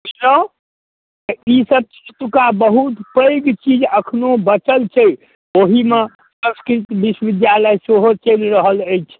की कहलहुँ ईसभ एतुक्का बहुत पैघ चीज एखनहु बचल छै ओहीमे संस्कृत विश्वविद्यालय सेहो चलि रहल अछि